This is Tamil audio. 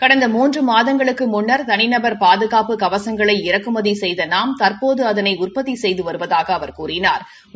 கடந்த மூன்று மாதங்களுக்கு முன்னா் தனிநபா் பாதுகாப்பு கவசங்களை இறக்குமதி செய்த நாம் தற்போது அதனை உற்பத்தி செய்து வருவதாகக் கூறினாா்